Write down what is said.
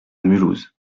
mulhouse